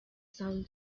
sun